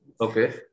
Okay